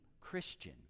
Christian